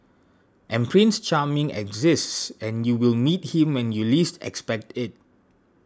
and Prince Charming exists and you will meet him when you least expect it